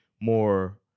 more